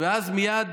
ואז מייד